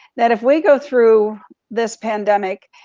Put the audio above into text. that if we go through this pandemic,